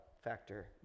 factor